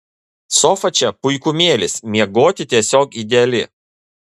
sofa čia puikumėlis miegoti tiesiog ideali